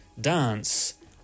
dance